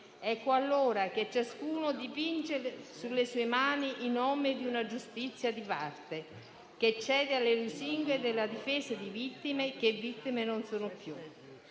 Ecco allora che ciascuno dipinge sulle sue mani il nome di una giustizia di parte che cede alle lusinghe della difesa di vittime che vittime non sono più.